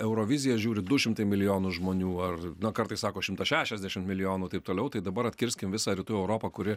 euroviziją žiūri du šimtai milijonų žmonių ar kartais sako šimtas šešiasdešim milijonų taip toliau tai dabar atkirskim visą rytų europą kuri